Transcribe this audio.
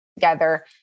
together